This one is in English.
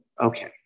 Okay